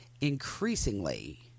increasingly